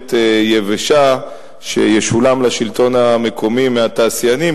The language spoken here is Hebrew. פסולת יבשה שישולם לשלטון המקומי מהתעשיינים,